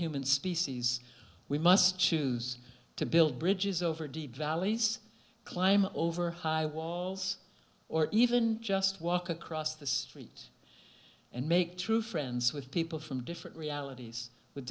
human species we must choose to build bridges over deep valleys climb over high walls or even just walk across the street and make true friends with people from different realities with